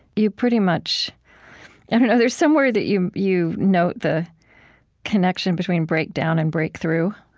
you pretty much i don't know there's somewhere that you you note the connection between breakdown and breakthrough.